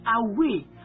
away